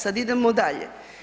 Sad idemo dalje.